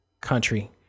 country